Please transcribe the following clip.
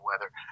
weather